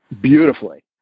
beautifully